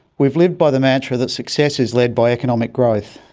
we've lived by the mantra that success is led by economic growth,